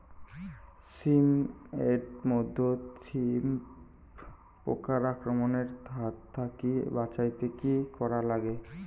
শিম এট মধ্যে থ্রিপ্স পোকার আক্রমণের হাত থাকি বাঁচাইতে কি করা লাগে?